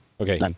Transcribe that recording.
Okay